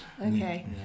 Okay